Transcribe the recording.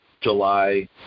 July